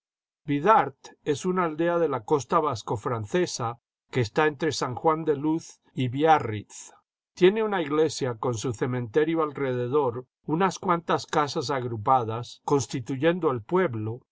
bidart es una aldea de la costa vascofranccsa que está entre san juan de luz y biarritz tiene una iglesia con su cementerio alrededor unas cuantas casas agrupadas constituyendo el pueblo y